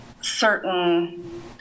certain